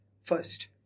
First